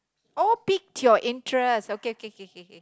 oh pique your interest okay okay okay K K K K